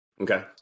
okay